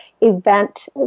event